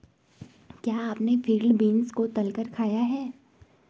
क्या आपने field beans को तलकर खाया है?